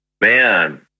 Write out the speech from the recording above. man